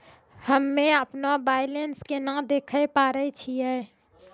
हम्मे अपनो बैलेंस केना देखे पारे छियै?